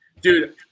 Dude